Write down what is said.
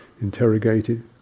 Interrogated